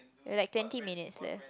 you've like twenty minutes left